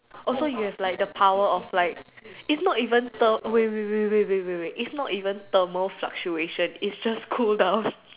oh so you have the power of like it's not even thermal wait wait wait wait wait wait it's not even thermal fluctuation is just cool down